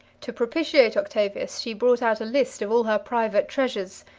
to propitiate octavius, she brought out a list of all her private treasures,